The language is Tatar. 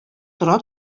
тора